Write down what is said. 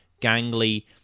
gangly